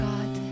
God